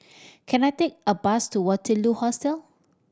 can I take a bus to Waterloo Hostel